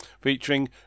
Featuring